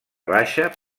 baixa